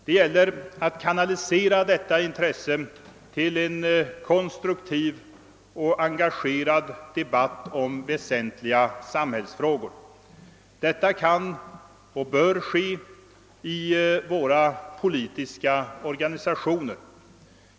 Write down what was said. Det gäller att kanalisera detta intresse till en konstruktiv och engagerad debatt om väsentliga samhällsfrågor. Detta kan och bör ske i våra politiska organisationer.